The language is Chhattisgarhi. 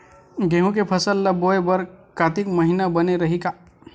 गेहूं के फसल ल बोय बर कातिक महिना बने रहि का?